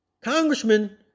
Congressman